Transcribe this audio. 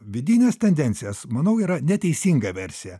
vidines tendencijas manau yra neteisinga versija